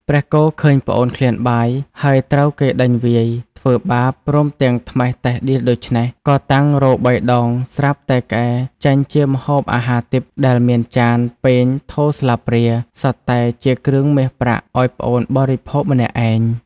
ព្រះគោឃើញប្អូនឃ្លានបាយ ហើយត្រូវគេដេញវាយ ធ្វើបាបព្រមទាំងត្មះតេះដៀលដូច្នេះ ក៏តាំងរោទិ៍បីដងស្រាប់តែក្អែចេញជាម្ហូបអាហារទិព្វដែលមានចាន ពែង ថូ ស្លាបព្រា សុទ្ធតែជាគ្រឿងមាសប្រាក់ឲ្យប្អូនបរិភោគម្នាក់ឯង ។